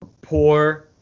poor